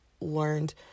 learned